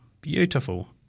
beautiful